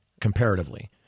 comparatively